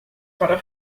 para